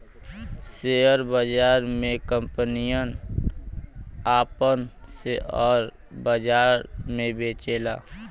share बाजार मे कंपनियन आपन सेअर बाजार मे बेचेला